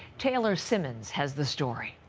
taylor simmons has the story.